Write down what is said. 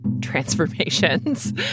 transformations